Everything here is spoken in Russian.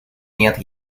нет